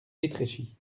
étréchy